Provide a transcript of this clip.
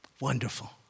Wonderful